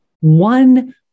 One